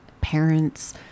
parents